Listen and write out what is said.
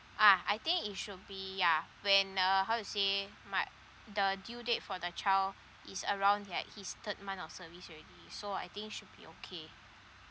ah I think it should be yeah when uh how to say my the due date for the child is around like his third month of service already so I think should be okay